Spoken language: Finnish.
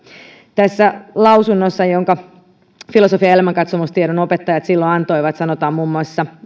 tässä lausunnossa jonka filosofian ja elämänkatsomustiedon opettajat silloin antoi sanotaan muun muassa